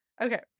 Okay